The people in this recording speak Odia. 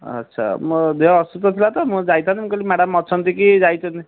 ଆଚ୍ଛା ମୋ ଦେହ ଅସୁସ୍ଥ ଥିଲା ତ ମୁଁ ଯାଇପାରୁନି ମୁଁ କହିଲି ମ୍ୟାଡ଼ମ୍ ଅଛନ୍ତି କି ଯାଇଛନ୍ତି